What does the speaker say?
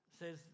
says